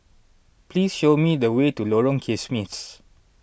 please show me the way to Lorong Kismis